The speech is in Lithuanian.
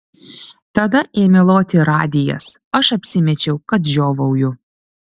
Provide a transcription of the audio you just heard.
tada ėmė loti radijas aš apsimečiau kad žiovauju